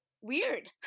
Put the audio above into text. weird